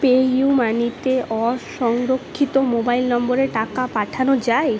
পেইউমানিতে অসংরক্ষিত মোবাইল নম্বরে টাকা পাঠানো যায়